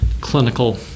clinical